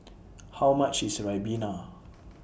How much IS Ribena